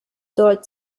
dort